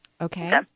Okay